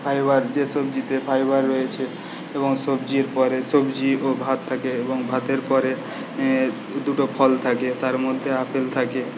fibre যে সবজিতে fibre রয়েছে এবং সবজির পরে সবজি ও ভাত থাকে এবং ভাতের পরে দুটো ফল থাকে তার মধ্যে আপেল থাকে